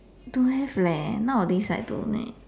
don't have leh nowadays I don't leh